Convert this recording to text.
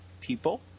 people